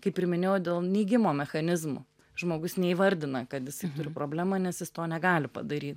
kaip ir minėjau dėl neigimo mechanizmų žmogus neįvardina kad jisai turi problemą nes jis to negali padary